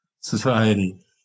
society